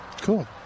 Cool